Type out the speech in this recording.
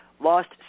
lost